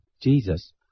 Jesus